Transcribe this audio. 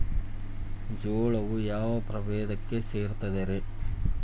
ಜೋಳವು ಯಾವ ಪ್ರಭೇದಕ್ಕ ಸೇರ್ತದ ರೇ?